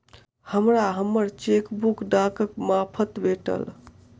हमरा हम्मर चेकबुक डाकक मार्फत भेटल